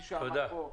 תודה.